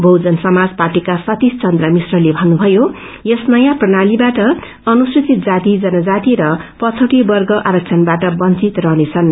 बहुजन समाज पार्टीका सतीश चन्द्र मिश्रले भन्नुभयो यस नयाँ प्रणालीवाट अनुसूचित जाति जनजाति र पछौटे वर्ग आरक्षणबाट बँचित रहनेछन्